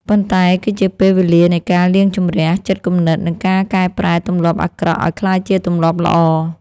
ប៉ុន្តែគឺជាពេលវេលានៃការលាងជម្រះចិត្តគំនិត និងការកែប្រែទម្លាប់អាក្រក់ឱ្យក្លាយជាទម្លាប់ល្អ។